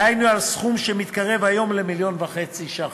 דהיינו על סכום שמתקרב היום למיליון וחצי ש"ח,